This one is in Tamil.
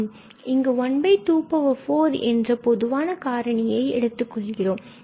நாம் இங்கு 124 என்ற பொதுவான காரணியை எடுத்துக் கொள்கிறோம்